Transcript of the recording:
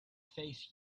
face